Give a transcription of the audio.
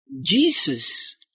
Jesus